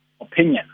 opinion